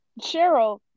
cheryl